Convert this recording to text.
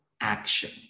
action